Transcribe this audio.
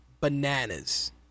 bananas